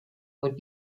would